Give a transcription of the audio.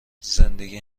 زندگی